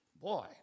boy